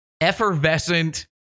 effervescent